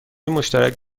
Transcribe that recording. مشترک